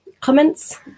comments